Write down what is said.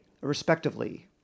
respectively